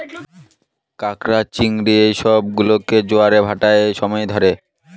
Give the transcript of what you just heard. ক্যাঁকড়া, চিংড়ি এই সব গুলোকে জোয়ারের ভাঁটার সময় ধরে